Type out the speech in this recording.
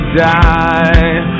die